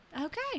Okay